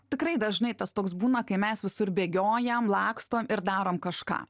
tikrai dažnai tas toks būna kai mes visur bėgiojam lakstom ir darom kažką